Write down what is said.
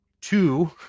two